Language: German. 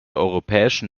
europäischen